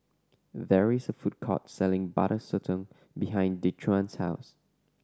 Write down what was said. there is a food court selling Butter Sotong behind Dequan's house